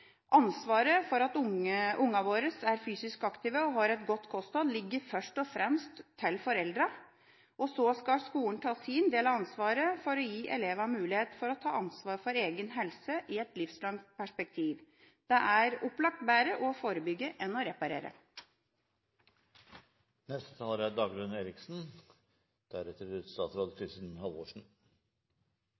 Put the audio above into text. Ansvaret for at ungene våre er fysisk aktive og har et godt kosthold, ligger først og fremst til foreldrene. Så skal skolen ta sin del av ansvaret for å gi elevene mulighet for å ta ansvar for egen helse i et livslangt perspektiv. Det er opplagt bedre å forebygge enn å reparere. Norge er